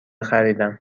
خریدم